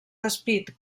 despit